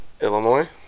Illinois